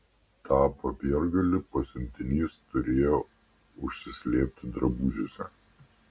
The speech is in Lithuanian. tą popiergalį pasiuntinys turėjo užsislėpti drabužiuose